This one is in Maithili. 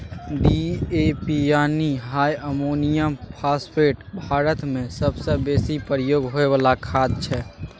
डी.ए.पी यानी डाइ अमोनियम फास्फेट भारतमे सबसँ बेसी प्रयोग होइ बला खाद छै